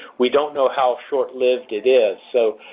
we don't know how short-lived it is. so,